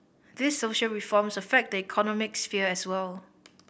these social reforms affect the economic sphere as well